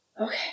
Okay